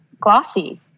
glossy